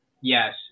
Yes